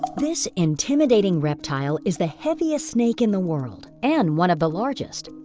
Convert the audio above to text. this intimidating reptile is the heaviest snake in the world, and one of the largest.